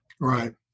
Right